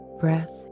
breath